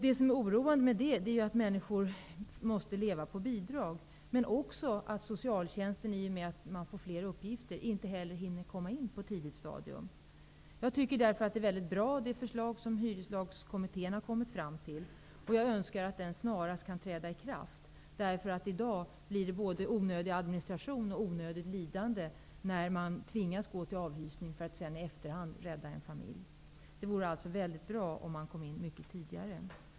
Det är oroande att människor måste leva på bidrag. Men det är också oroande att socialtjänsten, i och med att man får fler uppgifter, inte hinner komma in på ett tidigt stadium. Därför tycker jag att det förslag som hyreslagskommittén har kommit fram till är mycket bra. Jag önskar att det snarast kan träda i kraft. I dag blir det både onödig administration och onödigt lidande när man tvingas gå till avhysning för att sedan i efterhand rädda en familj. Det vore bra om socialtjänsten kom in mycket tidigare.